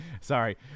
sorry